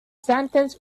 sentence